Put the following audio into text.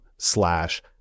slash